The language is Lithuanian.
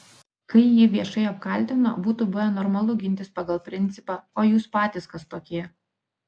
kai jį viešai apkaltino būtų buvę normalu gintis pagal principą o jūs patys kas tokie